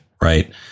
Right